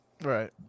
Right